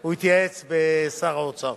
הוא התייעץ עם שר האוצר.